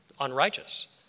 unrighteous